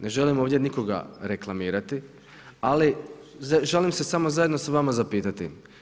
Ne želim ovdje nikoga reklamirati, ali želim se samo zajedno sa vama zapitati.